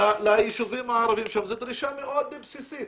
ליישובים הערביים שם, זו דרישה מאוד בסיסית.